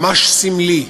ממש סמלי,